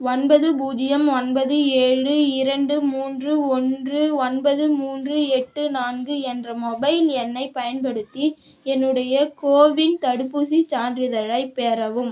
ஒன்பது பூஜ்ஜியம் ஒன்பது ஏழு இரண்டு மூன்று ஒன்று ஒன்பது மூன்று எட்டு நான்கு என்ற மொபைல் எண்ணை பயன்படுத்தி என்னுடைய கோவின் தடுப்பூசிச் சான்றிதழைப் பெறவும்